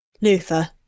Luther